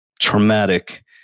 traumatic